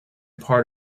part